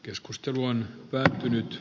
keskustelu on päättynyt